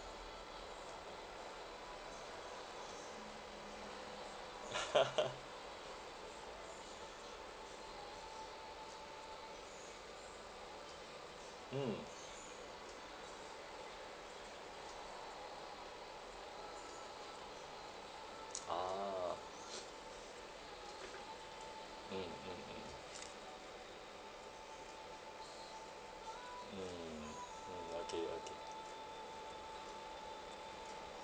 mm a'ah mm mm mm mm mm okay okay